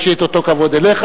יש לי אותו כבוד אליך,